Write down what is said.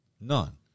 None